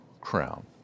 crown